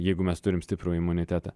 jeigu mes turim stiprų imunitetą